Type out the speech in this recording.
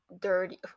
dirty